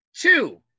two